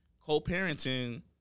co-parenting